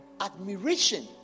admiration